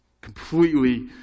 completely